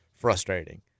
frustrating